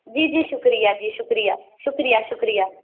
جی جی شُکریہ جی شُکریہ شُکریہ شُکریہ